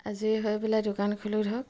আজৰি হৈ পেলাই দোকান খোলো ধৰক